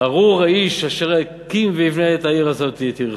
"ארור האיש, אשר יקום ובנה את העיר הזאת את יריחו.